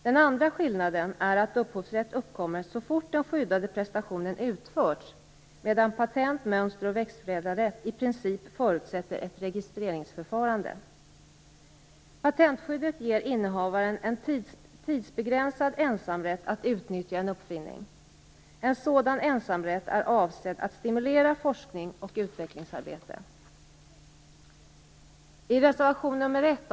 Den andra skillnaden är att upphovsrätt uppkommer så fort den skyddade prestationen utförts, medan patent-, mönster och växtförädlarrätt i princip förutsätter ett registreringsförfarande. Patentskyddet ger innehavaren en tidsbegränsad ensamrätt att utnyttja en uppfinning. En sådan ensamrätt är avsedd att stimulera forskning och utvecklingsarbete.